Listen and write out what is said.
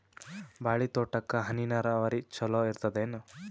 ಬಾಳಿ ತೋಟಕ್ಕ ಹನಿ ನೀರಾವರಿ ಚಲೋ ಇರತದೇನು?